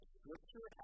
scripture